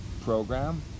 program